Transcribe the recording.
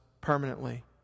permanently